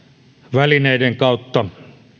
välineiden kautta